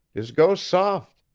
is go sof